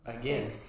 again